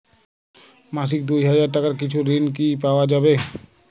মাসিক দুই হাজার টাকার কিছু ঋণ কি পাওয়া যাবে?